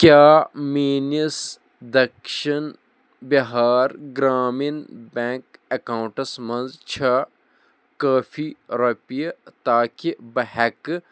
کیٛاہ میٲنِس Dakshin Bihar Gramin bank accounts منٛز چھےٚ کٲفی رۄپیہِ تاکہِ بہٕ ہٮ۪کہٕ